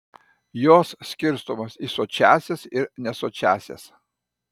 jos skirstomos į sočiąsias ir nesočiąsias